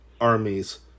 armies